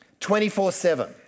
24-7